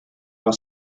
are